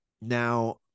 Now